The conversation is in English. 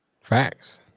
Facts